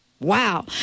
Wow